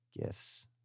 Gifts